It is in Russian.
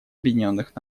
объединенных